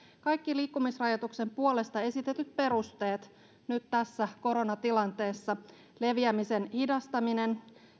kaikki liikkumisrajoituksen puolesta esitetyt perusteet nyt tässä koronatilanteessa leviämisen hidastaminen